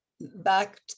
back